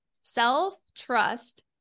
self-trust